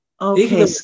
Okay